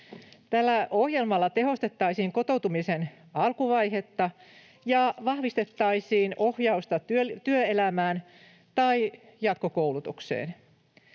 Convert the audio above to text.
Tällä ohjelmalla tehostettaisiin kotoutumisen alkuvaihetta ja vahvistettaisiin ohjausta työelämään tai jatkokoulutukseen.